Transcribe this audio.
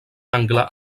angle